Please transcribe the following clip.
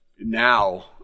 now